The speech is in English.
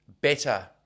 better